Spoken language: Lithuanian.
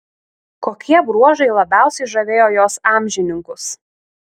kokie bruožai labiausiai žavėjo jos amžininkus